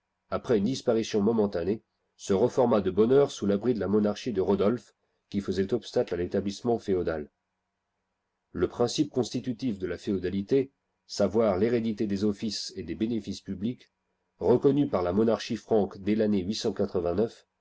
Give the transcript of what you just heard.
après une disparition momentanée se reforma de bonne heure sous l'abri de la monarchie de rodolphe qui faisait obstacle à rétablissement féodal le principe constitutif de la féodalité savoir digitized by google l'hérédité des offices et des bénéfices publics reconnu par la monarchie franque dès tannée